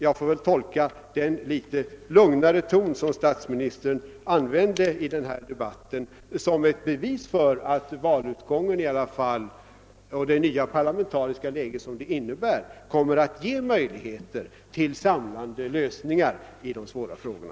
Jag får väl tolka den litet lugnare ton som statsministern använde i denna debatt som ett bevis för att valutgången och det nya parlamentariska läge som denna innebär i alla fall kommer att ge möjligheter till samlande lösningar i de svåra frågorna.